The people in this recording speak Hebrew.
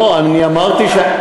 לא לעצור מנהל בית-הספר.